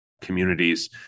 communities